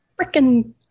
freaking